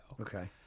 Okay